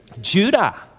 Judah